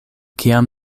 kiam